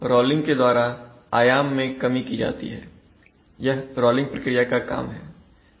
इसलिए रोलिंग के द्वारा आयाम में कमी की जाती है यह रोलिंग प्रक्रिया का काम है